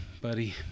buddy